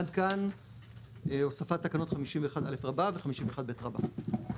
עד כאן הוספת תקנות 51א' רבה, 51ב' רבה.